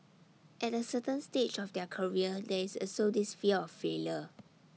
at A certain stage of their career there is also this fear of failure